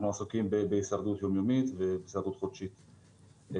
אנחנו עסוקים בהישרדות יום-יומית ובהישרדות חודשית.